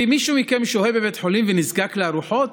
ואם מישהו מכם שוהה בבית חולים ונזקק לארוחות,